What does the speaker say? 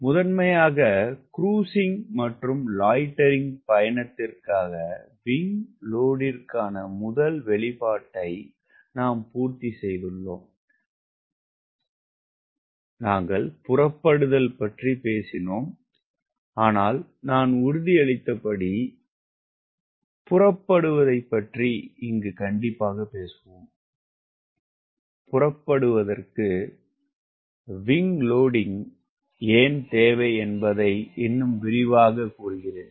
முதன்மையாக குருசிங் மற்றும் லாய்டெரிங் பயணத்திற்காக விங் லோடிங்கிற்கான முதல் வெளிப்பாட்டை நாங்கள் பூர்த்தி செய்துள்ளோம் நாங்கள் புறப்படுதல் பற்றி பேசினோம் ஆனால் நான் உறுதியளித்தபடி நாம் புறப்படுவதைப் பற்றி பேசுவோம் புறப்படுவதற்கு விங் லோடிங்க ஏன் தேவை என்பதை இன்னும் விரிவாகக் கூறுகிறேன்